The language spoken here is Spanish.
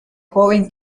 joven